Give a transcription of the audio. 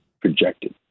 projected